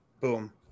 Boom